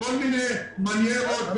כל מיני מניירות,